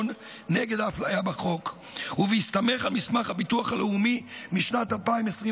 נגד האפליה בחוק ובהסתמך על מסמך הביטוח הלאומי משנת 2021?